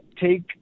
take